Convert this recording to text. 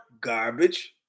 Garbage